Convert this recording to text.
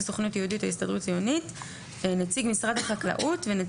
נכון יותר היה מגרשים אלא שהיום כבר במגזר הכפרי הגענו גם לבנייה